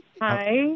Hi